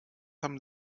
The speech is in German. haben